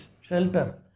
shelter